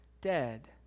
dead